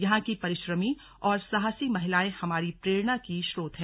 यहां की परिश्रमी और साहसी महिलाएं हमारी प्रेरणा की स्रोत हैं